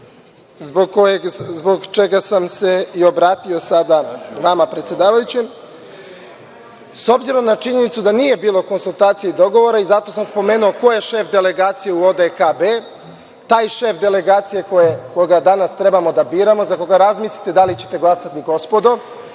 zbog čega sam se i obratio sada vama, predsedavajućoj. S obzirom na činjenicu da nije bilo konsultacije i dogovora i zato sam spomenuo ko je šef delegacije u ODKB, taj šef delegacije koga danas treba da biramo, za koga razmislite da li ćete glasati, gospodo,